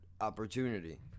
opportunity